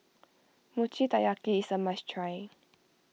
Mochi Taiyaki is a must try